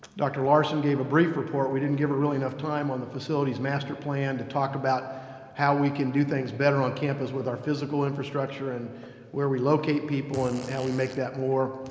dr. larson gave a brief report. we didn't give her really enough time on the facilities master plan to talk about how we can do things better on campus with our physical infrastructure and where we locate people and how we make that more